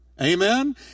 Amen